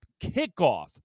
kickoff